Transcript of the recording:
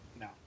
no